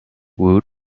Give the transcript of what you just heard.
woot